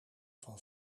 van